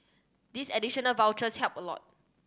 these additional vouchers help a lot